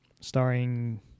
Starring